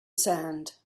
sand